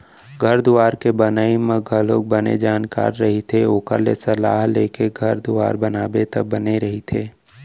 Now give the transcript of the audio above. घर दुवार के बनई म घलोक बने जानकार रहिथे ओखर ले सलाह लेके घर दुवार बनाबे त बने रहिथे